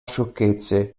sciocchezze